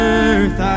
earth